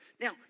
Now